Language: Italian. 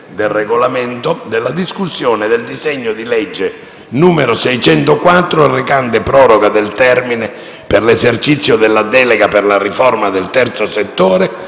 del Regolamento, della discussione del disegno di legge n. 604, recante: «Proroga del termine per l'esercizio della delega per la riforma del Terzo settore,